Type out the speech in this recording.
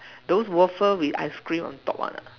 those waffle with ice cream on top one ah